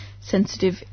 sensitive